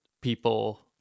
people